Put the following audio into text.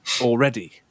already